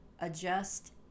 adjust